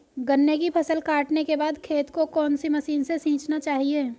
गन्ने की फसल काटने के बाद खेत को कौन सी मशीन से सींचना चाहिये?